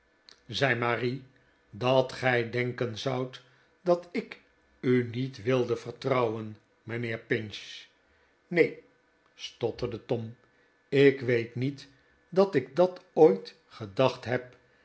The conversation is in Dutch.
zei marie t dat gij denken zoudt dat ik u niet wilde vertrouwen mijnheer pinch neen stotterde tom ik weet niet dat ik dat ooit gedacht heb